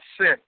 sick